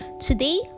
today